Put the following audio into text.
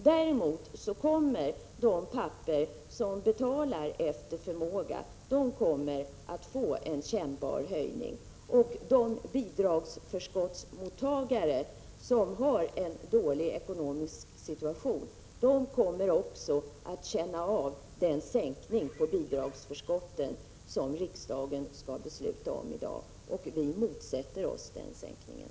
Däremot kommer de pappor som betalar efter förmåga att få en kännbar höjning. De bidragsförskottsmottagare som har en dålig ekonomisk situation kommer också att känna av den sänkning av bidragsförskotten som riksdagen skall besluta om i dag. Vi motsätter oss den sänkningen.